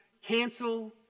Cancel